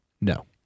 no